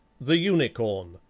the unicorn